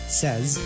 says